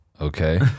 Okay